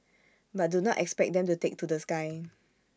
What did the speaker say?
but do not expect them to take to the sky